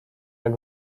jak